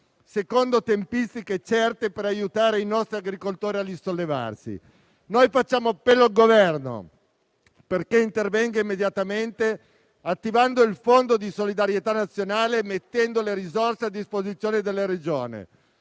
secondo tempistiche certe per aiutare i nostri agricoltori a risollevarsi. Noi facciamo appello al Governo perché intervenga immediatamente attivando il Fondo di solidarietà nazionale e mettendo le risorse a disposizione della Regione.